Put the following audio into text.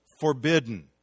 forbidden